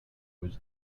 was